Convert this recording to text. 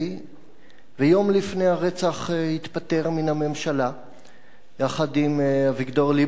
ויום לפני הרצח התפטר מן הממשלה יחד עם אביגדור ליברמן עמיתו.